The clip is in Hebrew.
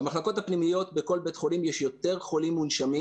במחלקות הפנימיות בכל בית חולים יש יותר חולים מונשמים